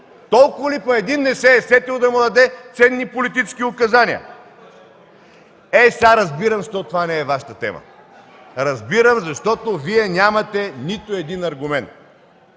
Толкова ли пък един не се е сетил да му даде ценни политически указания?! Ето, сега разбирам защо това не е Вашата тема! Разбирам, защото Вие нямате нито един аргумент.